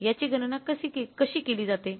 याची गणना कशी केली जाते